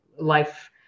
life